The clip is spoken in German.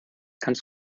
kannst